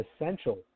essential